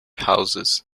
houses